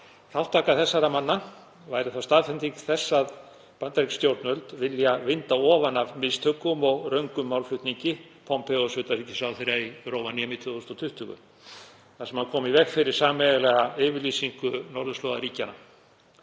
Þátttaka þessara manna væri þá staðfesting þess að bandarísk stjórnvöld vilja vinda ofan af mistökunum og röngum málflutningi Pompeos utanríkisráðherra í Rovaniemi árið 2020 þar sem hann kom í veg fyrir sameiginlega yfirlýsingu norðurslóðaríkjanna.